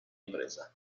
impresa